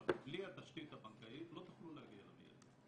אבל בלי התשתית הבנקאית לא תוכלו להגיע למיידי,